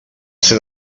ser